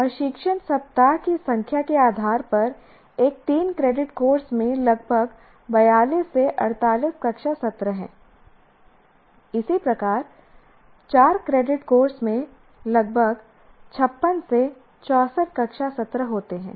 और शिक्षण सप्ताह की संख्या के आधार पर एक 3 क्रेडिट कोर्स में लगभग 42 से 48 कक्षा सत्र हैं इसी प्रकार 4 क्रेडिट कोर्स में लगभग 56 से 64 कक्षा सत्र होते हैं